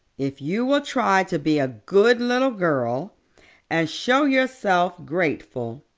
if you will try to be a good little girl and show yourself grateful.